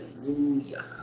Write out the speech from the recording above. Hallelujah